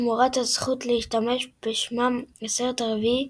תמורת הזכות להשתמש בשמם בסרט הרביעי,